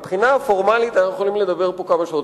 מבחינה פורמלית אנחנו יכולים לדבר פה כמה שעות,